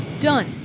done